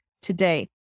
today